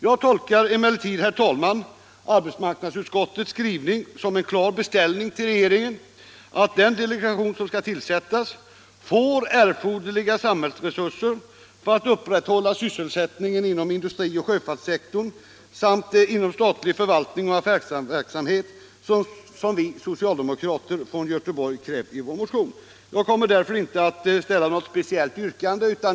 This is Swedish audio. Jag tolkar emellertid, herr talman, arbetsmarknadsutskottets skrivning som en klar beställning till regeringen att den delegation som skall tillsättas får erforderliga samhällsresurser för att upprätthålla sysselsättningen inom industrioch sjöfartssektorn samt inom statlig förvaltning och affärsverksamhet, som vi socialdemokrater från Göteborg krävt i vår motion. Jag kommer därför inte att ställa något speciellt yrkande.